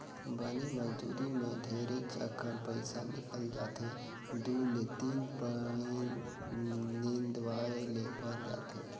बनी मजदुरी मे ढेरेच अकन पइसा निकल जाथे दु ले तीन फंइत निंदवाये ले पर जाथे